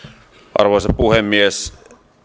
arvoisa puhemies